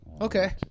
Okay